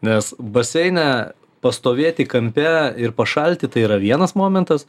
nes baseine pastovėti kampe ir pašalti tai yra vienas momentas